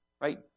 right